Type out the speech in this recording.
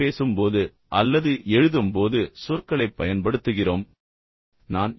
நாம் பேசும் போது அல்லது எழுதும் போது சொற்களைப் பயன்படுத்துகிறோம் இதைப் பயன்படுத்துகிறோம்